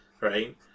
Right